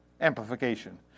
amplification